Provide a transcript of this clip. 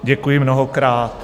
Děkuji mnohokrát.